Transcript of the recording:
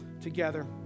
together